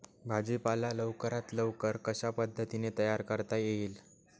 भाजी पाला लवकरात लवकर कशा पद्धतीने तयार करता येईल?